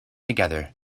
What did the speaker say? together